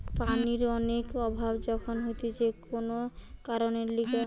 পানির অনেক অভাব যখন হতিছে কোন কারণের লিগে